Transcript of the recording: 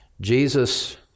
Jesus